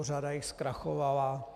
Řada jich zkrachovala.